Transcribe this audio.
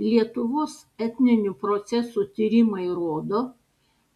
lietuvos etninių procesų tyrimai rodo